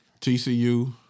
TCU